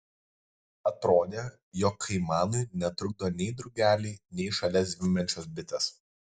atrodė jog kaimanui netrukdo nei drugeliai nei šalia zvimbiančios bitės